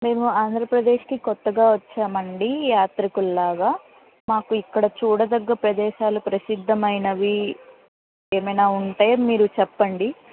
మేము ఆంధ్రప్రదేశ్కి కొత్తగా వచ్చామండి యాత్రకులు లాగా మాకు ఇక్కడ చూడదగిన ప్రదేశాలు ప్రసిద్ద మైనవి ఏమైనా ఉంటే మీరు చెప్పండి